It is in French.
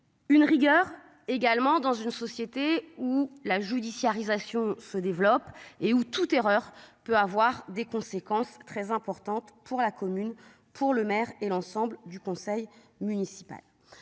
Une rigueur également dans une société où la judiciarisation se développe et où toute erreur peut avoir des conséquences très importantes pour la commune. Pour le maire et l'ensemble du conseil municipal.